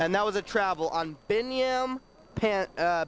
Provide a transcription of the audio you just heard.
and that was a travel on